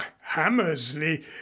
hammersley